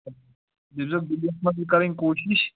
دَپزِیوکھ جُلیَس منٛزٕے کَرٕنۍ کوٗشِش